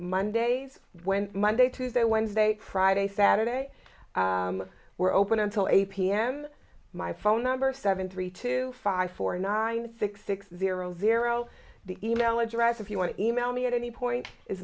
mondays when monday tuesday wednesday friday saturday we're open until a pm my phone number seven three two five four nine six six zero zero the e mail address if you want to e mail me at any point is